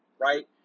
right